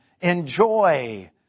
enjoy